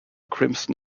crimson